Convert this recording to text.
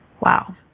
Wow